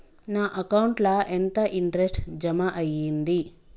నా అకౌంట్ ల ఎంత ఇంట్రెస్ట్ జమ అయ్యింది?